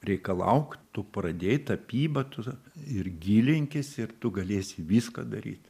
reikalauk tu pradėjai tapybą tu ir gilinkis ir tu galėsi viską daryt